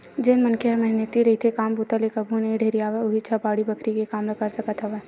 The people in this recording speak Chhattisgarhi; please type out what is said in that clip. जेन मनखे ह मेहनती रहिथे, काम बूता ले कभू नइ ढेरियावय उहींच ह बाड़ी बखरी के काम ल कर सकत हवय